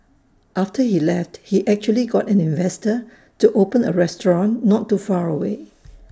after he left he actually got an investor to open A restaurant not too far away